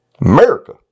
America